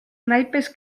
naipes